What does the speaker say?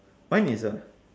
mine is a